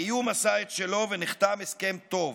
האיום עשה את שלו, ונחתם הסכם טוב,